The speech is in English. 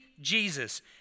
Jesus